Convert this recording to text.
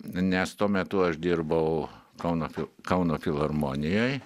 nes tuo metu aš dirbau kauno kauno filharmonijoj